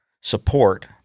support